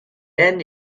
end